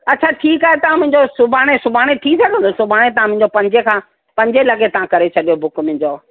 अच्छा ठीकु आहे तव्हां मुंहिंजो सुभाणे सुभाणे थी सघंदो सुभाणे तव्हां मुंहिंजो पंजे खां पंजे लॻे तां करे छॾियो बुक मुंहिंजो